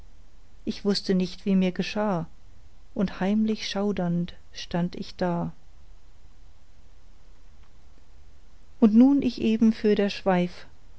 ich wußte nicht wie mir geschah und heimlich schaudernd stand ich da und nun ich eben fürder schweif